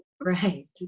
Right